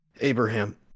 Abraham